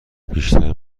بیشتر